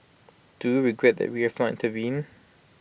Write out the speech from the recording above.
do you regret that we have not intervened